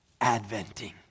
adventing